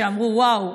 שאמרו: וואו,